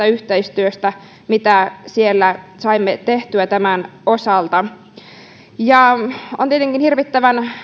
yhteistyötä mitä siellä saimme tehtyä tämän osalta on tietenkin hirvittävän